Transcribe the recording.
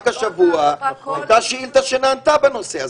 רק השבוע עלתה שאילתה שנענתה בנושא,